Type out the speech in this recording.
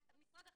משרד החינוך,